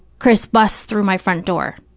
chris busts through my front door